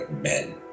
men